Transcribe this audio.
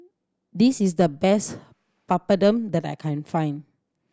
this is the best Papadum that I can find